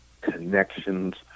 connections